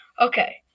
Okay